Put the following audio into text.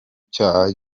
cyaha